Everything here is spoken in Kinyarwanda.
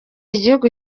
igihugu